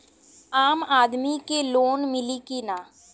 आम आदमी के लोन मिली कि ना?